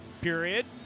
period